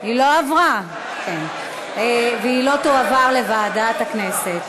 היא לא עברה, והיא לא תועבר לוועדת הכנסת.